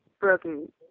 broken